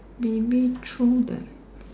limit through the